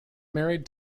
married